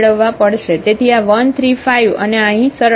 તેથી આ 1 3 5 અને આ અહીં સરળ છે